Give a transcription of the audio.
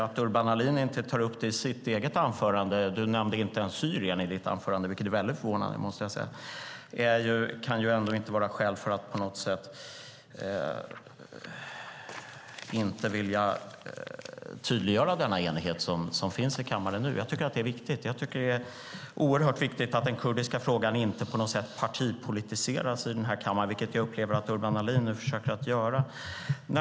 Att Urban Ahlin inte tar upp frågan i sitt eget anförande - han nämnde inte ens Syrien i sitt anförande, vilket är förvånande - kan ändå inte vara skäl för att på något sätt inte vilja tydliggöra denna enighet som finns i kammaren nu. Det är oerhört viktigt att den kurdiska frågan inte på något sätt partipolitiseras, vilket jag upplever att Urban Ahlin försöker göra.